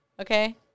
okay